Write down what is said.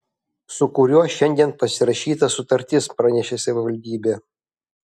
su kuriuo šiandien pasirašyta sutartis praneša savivaldybė